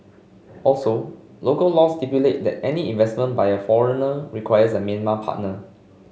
also local laws stipulate that any investment by a foreigner requires a Myanmar partner